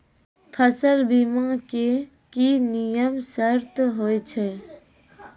फसल बीमा के की नियम सर्त होय छै?